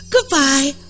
Goodbye